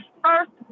first